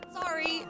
Sorry